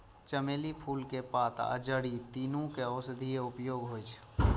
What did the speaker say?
चमेली के फूल, पात आ जड़ि, तीनू के औषधीय उपयोग होइ छै